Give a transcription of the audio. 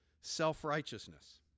self-righteousness